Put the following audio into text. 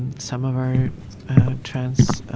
and some of our trans